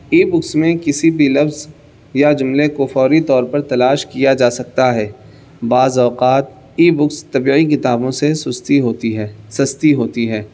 ای books میں کسی بھی لفظ یا جملے کو فوری طور پر تلاش کیا جا سکتا ہے بعض اوقات ای بکس طبعی کتابوں سے سستی ہوتی ہے سستی ہوتی ہے